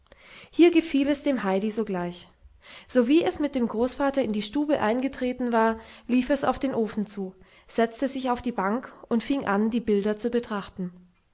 hier gefiel es dem heidi sogleich sowie es mit dem großvater in die stube eingetreten war lief es auf den ofen zu setzte sich auf die bank und fing an die bilder zu betrachten